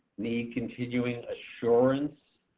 need continuing assurance,